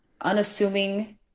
unassuming